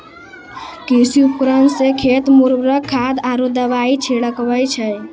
कृषि उपकरण सें खेत मे उर्वरक खाद आरु दवाई छिड़कावै छै